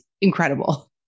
incredible